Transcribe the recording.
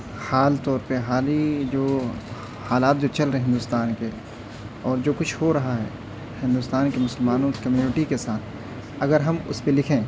حال طور پہ حالی جو حالات جو چل رہے ہیں ہندوستان کے اور جو کچھ ہو رہا ہے ہندوستان کے مسلمانوں کمیونٹی کے ساتھ اگر ہم اس پہ لکھیں